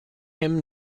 him